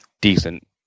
decent